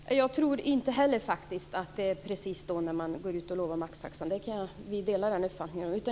Fru talman! Jag tror faktiskt inte heller att det händer något precis när man går ut och lovar maxtaxa. Vi delar den uppfattningen.